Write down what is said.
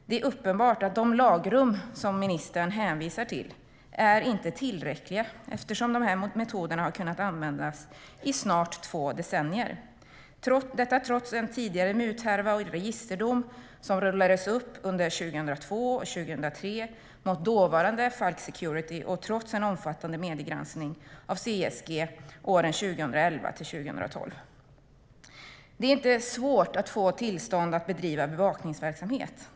Det är uppenbart att de lagrum ministern hänvisar till inte är tillräckliga då de här metoderna har kunnat användas i snart två decennier - och detta trots en tidigare muthärva som rullades upp under 2002 och 2003, med registerdom mot dåvarande Falck Security, samt en omfattande mediegranskning av CSG under 2011 och 2012. Det är inte svårt att få tillstånd att bedriva bevakningsverksamhet.